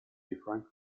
different